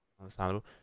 Understandable